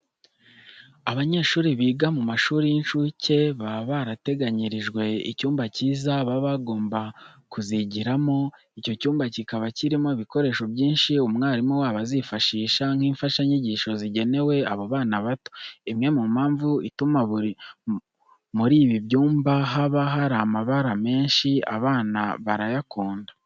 Abanyeshuri biga mu mashuri y'incuke baba barateganyirijwe icyumba cyiza baba bagomba kuzigiramo. Icyo cyumba kiba kirimo ibikoresho byinshi umwarimu wabo azifashisha nk'imfashanyigisho zigenewe abo bana bato. Imwe mu mpamvu ituma muri ibi byumba haba hari amabara menshi, abana barayakunda.